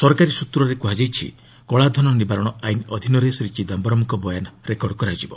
ସରକାରୀ ସ୍ନୁତ୍ରରେ କୁହାଯାଇଛି କଳାଧନ ନିବାରଣ ଆଇନ ଅଧୀନରେ ଶ୍ରୀ ଚିଦାମ୍ଘରମ୍ଙ୍କ ବୟାନ ରେକର୍ଡ଼ କରାଯିବ